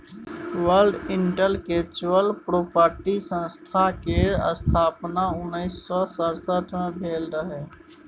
world intellectual property संस्था केर स्थापना उन्नैस सय सड़सठ मे भेल रहय